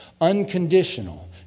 Unconditional